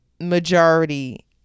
majority